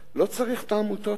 לא צריך את העמותות האלה,